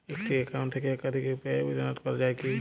একটি অ্যাকাউন্ট থেকে একাধিক ইউ.পি.আই জেনারেট করা যায় কি?